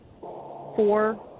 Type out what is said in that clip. four